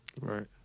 Right